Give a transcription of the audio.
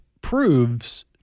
proves